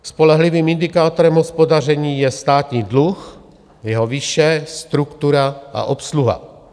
Spolehlivým indikátorem hospodaření je státní dluh, jeho výše, struktura a obsluha.